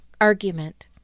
argument